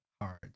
hard